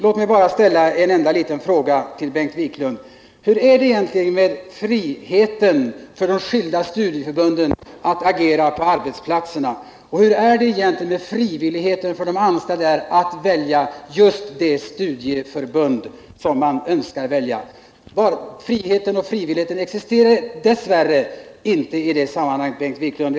Låt mig bara ställa en enda fråga till Bengt Wiklund: Hur är det egentligen med friheten för de enskilda studieförbunden att agera på arbetsplatserna och med frivilligheten för de anställda där att välja just det studieförbund som de önskar välja? Friheten och frivilligheten existerar dess värre inte i det sammanhanget, Bengt Wiklund.